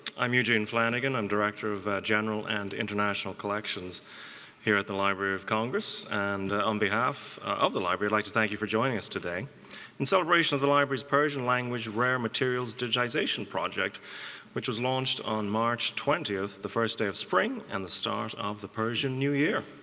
i'm eugene flanagan. i'm director of general and international collections here at the library of congress. and on behalf of the library we'd like to thank you for joining us today in celebration of the library's persian language rare materials digitization project which was launched on march twentieth, the first day of spring and the start of the persian new year.